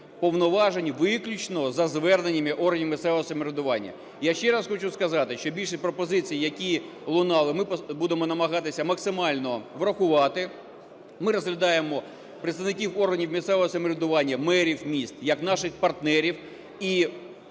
повноважень виключно за зверненнями органів місцевого самоврядування. Я ще раз хочу сказати, що більшість пропозицій, які лунали, ми будемо намагатися максимально враховувати. Ми розглядаємо представників органів місцевого самоврядування, мерів міст як наших партнерів, і